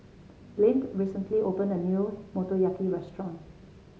Blane recently opened a new Motoyaki Restaurant